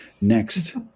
Next